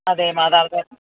അതെ മാതാപിതാക്കൾ